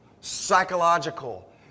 psychological